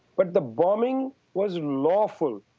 but the bombing was lawful.